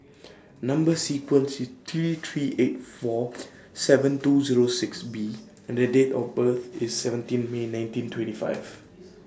Number sequence IS T three eight four seven two Zero six B and The Date of birth IS seventeen May nineteen twenty five